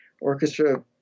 orchestra